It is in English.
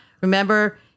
remember